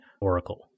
oracle